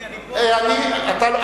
אדוני, אני פה.